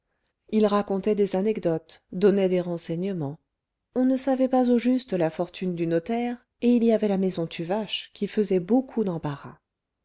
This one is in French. il racontait des anecdotes donnait des renseignements on ne savait pas au juste la fortune du notaire et il y avait la maison tuvache qui faisait beaucoup d'embarras